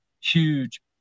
huge